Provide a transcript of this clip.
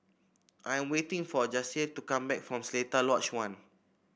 I am waiting for Jase to come back from Seletar Lodge One